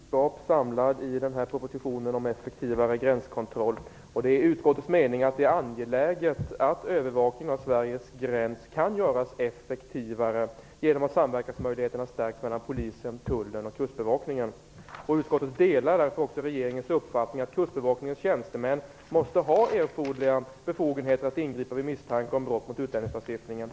Fru talman! Det finns mycket klokskap samlad i propositionen om effektivare gränskontroll. Det är utskottets mening att det är angeläget att övervakning av Sveriges gräns kan göras effektivare genom att samverkansmöjligheterna stärks mellan polisen, tullen och kustbevakningen. Utskottet delar därför också regeringens uppfattning att kustbevakningens tjänstemän måste ha erforderliga befogenheter att ingripa vid misstanke om brott mot utlänningslagstiftningen.